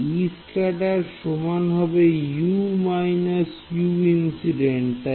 তাই বিচ্ছুরিত ফিল্ড সমান হবে U Uinc